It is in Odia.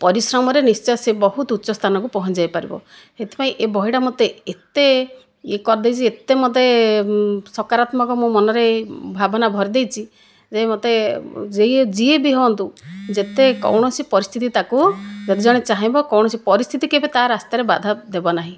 ପରିଶ୍ରମରେ ନିଶ୍ଚୟ ସେ ବହୁତ ଉଚ୍ଚ ସ୍ଥାନକୁ ପହଁଞ୍ଚିଯାଇ ପାରିବ ସେଥିପାଇଁ ଏ ବହିଟା ମୋତେ ଏତେ ଇଏ କରିଦେଇଛି ଏତେ ମୋତେ ସକାରାତ୍ମକ ମୋ ମନରେ ଭାବନା ଭରିଦେଇଛି ଯେ ମୋତେ ଯିଏ ଯିଏ ବି ହୁଅନ୍ତୁ ଯେତେ କୌଣସି ପରିସ୍ଥିତି ତାକୁ ଯଦି ଜଣେ ଚାହିଁବ କୌଣସି ପରିସ୍ଥିତି କେବେ ତା ରାସ୍ତାରେ ବାଧା ଦେବ ନାହିଁ